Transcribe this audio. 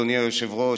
אדוני היושב-ראש,